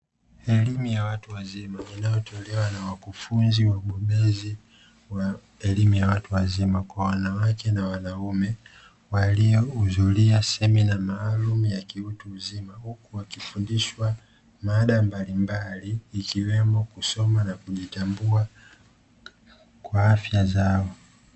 Elimu ya watu wazima inayotolewa na wakufunzi wabobezi wa elimu ya watu wazima kwa wanawake na wanaume waliohudhuria semina maalumu ya kiutuuzima, huku wakifundishwa mada mbalimbali ikiwemo kusoma na kujitambua kwa afya zao.